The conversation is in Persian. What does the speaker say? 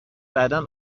بعدا